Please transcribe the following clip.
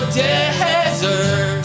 desert